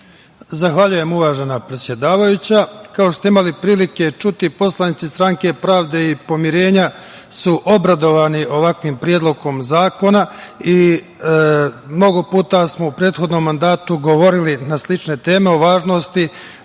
Zahvaljujem, uvažena predsedavajuća. Kao što ste imali prilike čuti, poslanici Stranke pravde i pomirenja su obradovani ovakvim Predlogom zakona. Mnogo puta smo u prethodnom mandatu govorili na slične teme o važnosti